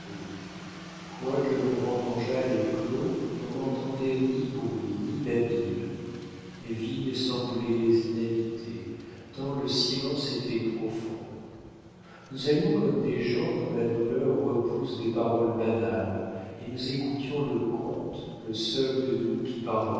quoique l'on vendangeât les clos l'on n'entendait ni bruit ni babil les vignes semblaient inhabitées tant le silence était profond nous allions comme des gens dont la douleur repousse des paroles banales et nous écoutions le comte le seul de nous qui parlât